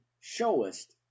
showest